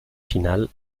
final